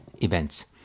events